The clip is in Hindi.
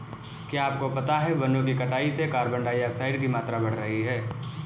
क्या आपको पता है वनो की कटाई से कार्बन डाइऑक्साइड की मात्रा बढ़ रही हैं?